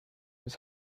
was